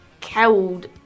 killed